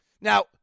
Now